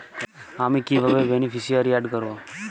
আমি কিভাবে beneficiary add করব?